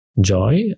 joy